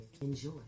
Enjoy